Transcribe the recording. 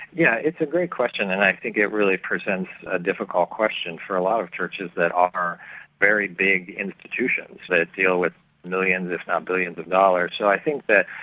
yeah it's a great question, and i think it really presents a difficult question for a lot of churches that are very big institutions that deal with millions if not billions of dollars, so i think that,